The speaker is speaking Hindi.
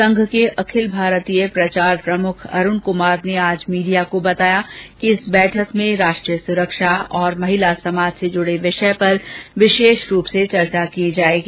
संघ के अखिल भारतीय प्रचार प्रमुख अरुण कुमार ने आज मीडिया को बताया कि इस बैठक में राष्ट्रीय सुरक्षा और महिला समाज से जुड़े विषय पर विशेष रूप से चर्चा की जाएगी